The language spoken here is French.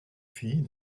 fille